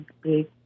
big